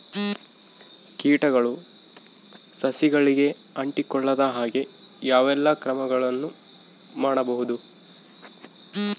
ಕೇಟನಾಶಕಗಳು ಸಸಿಗಳಿಗೆ ಅಂಟಿಕೊಳ್ಳದ ಹಾಗೆ ಯಾವ ಎಲ್ಲಾ ಕ್ರಮಗಳು ಮಾಡಬಹುದು?